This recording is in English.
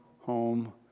home